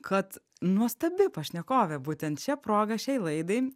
kad nuostabi pašnekovė būtent šia proga šiai laidai